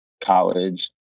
college